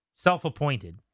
Self-appointed